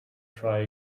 try